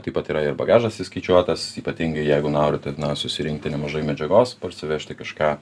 taip pat yra bagažas įskaičiuotas ypatingai jeigu norite na susirinkti nemažai medžiagos parsivežti kažką